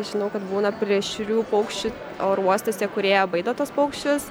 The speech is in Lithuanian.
žinau kad būna plėšrių paukščių oro uostuose kurie baido tuos paukščius